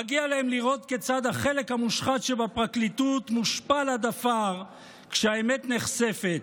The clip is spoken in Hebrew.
מגיע להם לראות כיצד החלק המושחת שבפרקליטות מושפל עד עפר כשהאמת נחשפת,